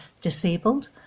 disabled